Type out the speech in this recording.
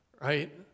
Right